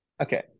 okay